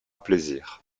plaisir